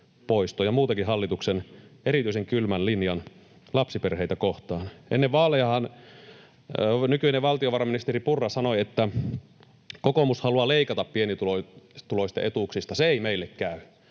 ja muutenkin hallituksen erityisen kylmän linjan lapsiperheitä kohtaan. Ennen vaalejahan nykyinen valtiovarainministeri Purra sanoi, että kokoomus haluaa leikata pienituloisten etuuksista, se ei meille käy,